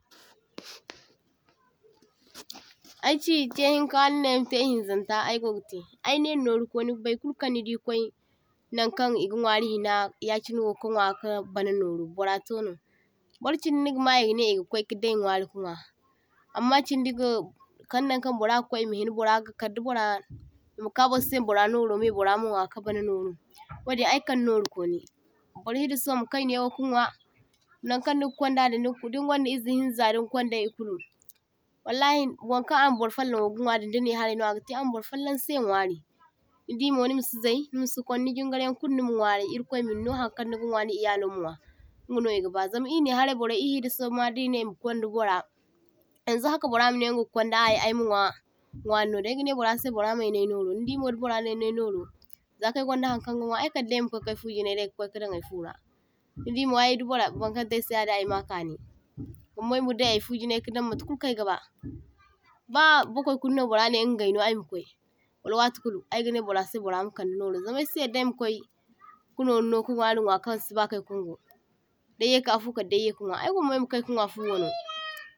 toh-toh Aychi chaihinka ninai aymatai e’hin zaŋta ay gogatai aynai noru konu burkulu kaŋ nidi kwai nankaŋ e ga nwari hina yachinai wo’ka nwa ka bana noru burra tono, burchindi nigama e ganai e ga kwaika dai nwari ka nwa amma chindi ga kalnan kaŋ burra ga kwai e mahina burra ga kadday burra e gaka bursai ema burra noro wi burra ma nwa ka bana noru wadin ay kal norukoni. Burrai dasambu makai naiwo ka nwa nankaŋ niga kwaŋdadin dingwaŋda e’zi hinza dinkwaŋda e kulu wallahi wankaŋ an burfallaŋ ko ga nwa din di naiharay no a’gatai an burfallaŋ sai nwari, nidimo nima si zay, nimasi kwan, ni jingaryaŋ kulu nima nwaray ir’kwai minno hakaŋ niga nwa ni e ya lo ma nwa. Zama e naiharay burrai e’da soma dinai e’ma kwaŋda burra yaŋzu haka burra manai inga ga kwaŋda ayi no ayma nwa, ay ganai burra sai burra mayno ay noro nidimo di burra nayno ay noro zakaŋ ay gwaŋda hankan ay ga nwa ay kadday ay ma kwaikay fujinay daiy kwaikadaŋ ay fura, nidimo di burra burkaŋ tai aysai ay ma kani kuma mo ay madai ay fujinay matakaŋ aygaba ba bakwai kulu no burra nai inga gayno ayma kwai wala watukulu ayganai burra sai burra makaŋdai noro, zama aysi yarda ay makwaika noru no ka nwari nwa kansi bakay kungu day yaika fu kadday ayyai ka nwa ay gwamma ay ma kai ka nwa fuwano